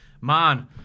Man